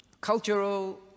cultural